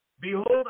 behold